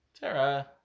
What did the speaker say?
Tara